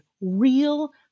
real